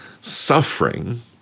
suffering